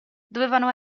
dovevano